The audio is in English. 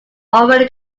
already